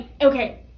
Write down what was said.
okay